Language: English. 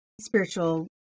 spiritual